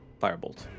firebolt